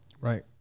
Right